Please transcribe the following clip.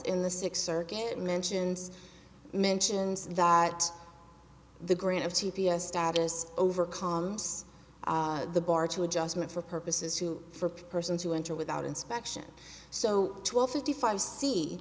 in the sixth circuit mentions mentions that the grant of t p s status overcomes the bar to adjustment for purposes two for persons who enter without inspection so twelve fifty five